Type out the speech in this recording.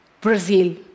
Brazil